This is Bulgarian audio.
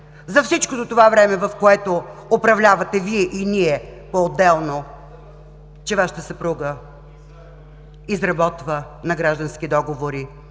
за всичкото време, в което управлявате Вие и ние поотделно, че Вашата съпруга изработва на граждански договори